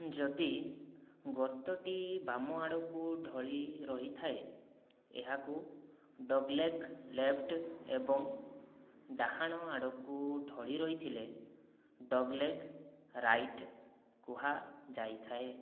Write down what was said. ଯଦି ଗର୍ତ୍ତଟି ବାମ ଆଡ଼କୁ ଢଳି ରହିଥାଏ ଏହାକୁ ଡଗ୍ଲେଗ୍ ଲେଫ୍ଟ ଏବଂ ଡାହାଣ ଆଡ଼କୁ ଢଳି ରହିଥିଲେ ଡଗ୍ଲେଗ୍ ରାଇଟ୍ କୁହାଯାଇଥାଏ